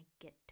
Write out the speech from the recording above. get